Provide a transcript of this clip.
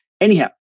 anyhow